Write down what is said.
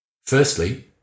firstly